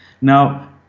Now